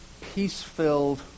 peace-filled